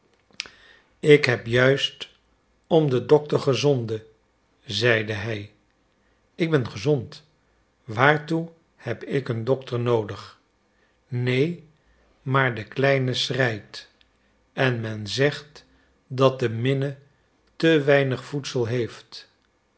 ik heb juist om den dokter gezonden zeide hij ik ben gezond waartoe heb ik een dokter noodig neen maar de kleine schreit en men zegt dat de minne te weinig voedsel heeft